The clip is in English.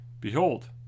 Behold